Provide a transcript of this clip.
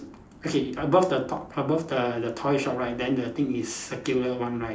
okay above the top above the the toy shop right then the thing is circular one right